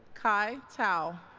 kai tao